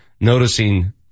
noticing